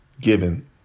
given